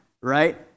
Right